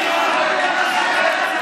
בושה.